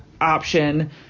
option